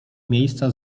miejsca